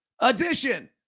edition